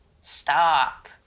Stop